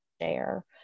share